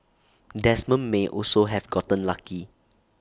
Desmond may also have gotten lucky